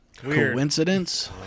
Coincidence